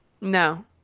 no